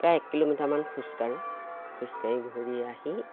প্ৰায় এক কিলোমিটাৰমান খোজকাঢ়োঁ খোজকাঢ়ি ঘূৰি আহি